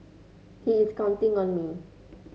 he is counting on me